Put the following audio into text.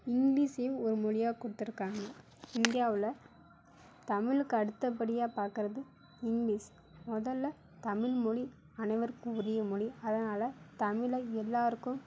இங்கிலீஷையும் ஒரு மொழியாக கொடுத்துருக்காங்க இந்தியாவில் தமிழுக்கு அடுத்தபடியாக பார்க்குறது இங்கிலீஷ் முதலில் தமிழ் மொழி அனைவருக்கும் உரிய மொழி அதனால் தமிழை எல்லோருக்கும்